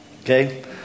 Okay